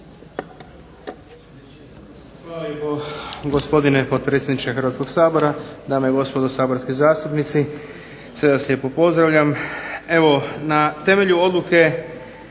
Hvala lijepo, gospodine potpredsjedniče Hrvatskoga sabora. Dame i gospodo saborski zastupnici, sve vas lijepo pozdravljam. Evo na temelju Odluke